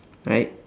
right